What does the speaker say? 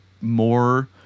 more